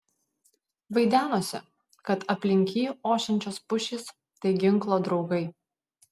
vaidenosi kad aplink jį ošiančios pušys tai ginklo draugai